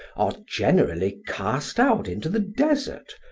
are generally cast out into the desert,